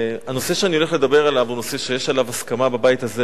הנושא שאני הולך לדבר עליו הוא נושא שיש עליו הסכמה בבית הזה,